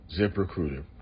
ZipRecruiter